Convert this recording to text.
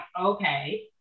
okay